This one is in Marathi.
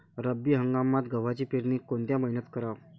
रब्बी हंगामात गव्हाची पेरनी कोनत्या मईन्यात कराव?